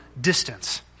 distance